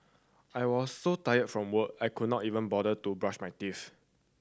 I was so tired from work I could not even bother to brush my teeth